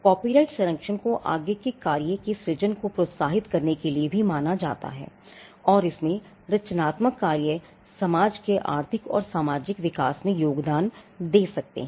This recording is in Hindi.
कॉपीराइट संरक्षण को आगे के कार्यों के सृजन को प्रोत्साहित करने के लिए भी माना जाता है और इसमें रचनात्मक कार्य समाज के आर्थिक और सामाजिक विकास में योगदान दे सकते हैं